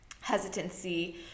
hesitancy